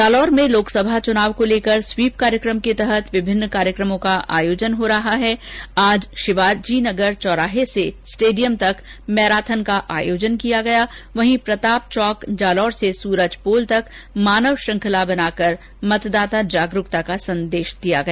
जालौर में लोकसभा चुनाव को लेकर स्वीप कार्यक्रम के तहत विभिन्न कार्यक्रमों का आयोजन हो रहा है आज शिवाजी नगर चौराहे से स्टेडियम तक मैराथन का आयोजन किया गया वहीं प्रताप चौक जालौर से सूरजपोल तक मानव श्रृंखला बनाकर मतदान जागरूकता का संदेश दिया गया